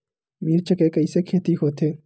मिर्च के कइसे खेती होथे?